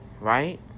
right